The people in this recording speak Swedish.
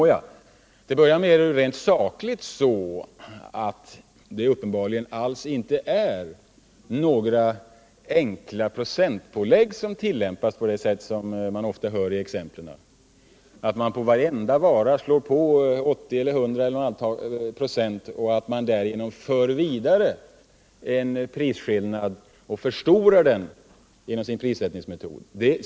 Nåja, till att börja med är det rent sakligt uppenbarligen alls inte några enkla procentpålägg som tillämpas på det sätt som ofta anförs i exemplen —-att man på varenda vara slår på 80 eller 100 96 och att man därigenom för vidare en prisskillnad och förstorar den genom sin prissättningsmetod.